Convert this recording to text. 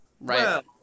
right